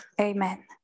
Amen